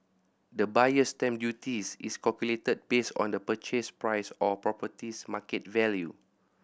The Buyer's Stamp Duties is calculated based on the purchase price or property's market value